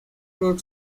road